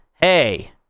hey